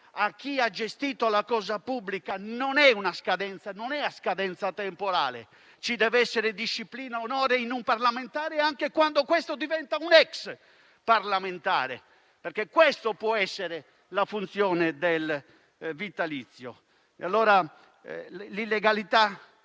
chi ha gestito la cosa pubblica non sono a scadenza temporale; ci devono essere disciplina e onore in un parlamentare anche quando questi diventa un ex parlamentare, perché questa può essere la funzione del vitalizio. L'illegalità